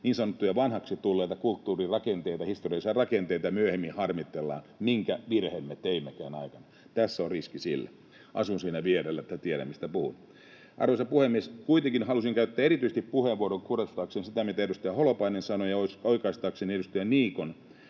niin sanotusti vanhaksi tulleita kulttuurirakenteita, historiallisia rakenteita, ja myöhemmin harmitellaan, minkä virheen me teimmekään aikanaan. Tässä on riski sille. Asun siinä vieressä, niin että tiedän, mistä puhun. Arvoisa puhemies! Kuitenkin halusin käyttää puheenvuoron erityisesti korostaakseni sitä, mitä edustaja Holopainen sanoi, ja oikaistakseni edustaja Niikon